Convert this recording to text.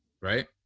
right